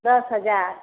दस हजार